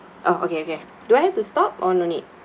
oh okay okay do I have to stop or no need